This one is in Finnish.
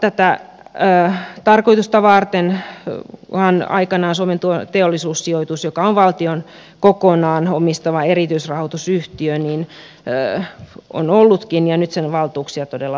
tätä tarkoitusta varten on aikanaan ollutkin suomen teollisuussijoitus joka on valtion kokonaan omistama erityisrahoitusyhtiö ja nyt sen valtuuksia todella laajennettaisiin